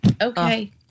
okay